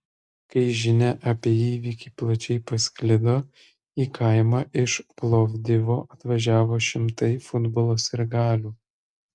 kai žinia apie įvykį plačiai pasklido į kaimą iš plovdivo atvažiavo šimtai futbolo sirgalių